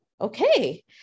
Okay